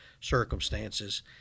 circumstances